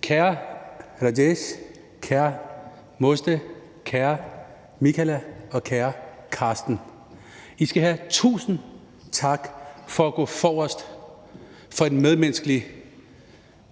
Kære Rajesh, kære Mozhdeh, kære Michala og kære Carsten, I skal have tusind tak for at gå forrest for den medmenneskelige